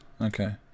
okay